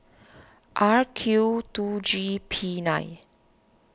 R Q two G P nine